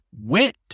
went